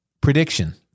Prediction